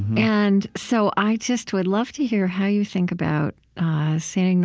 and so i just would love to hear how you think about st.